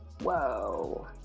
whoa